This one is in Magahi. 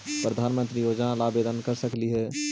प्रधानमंत्री योजना ला आवेदन कर सकली हे?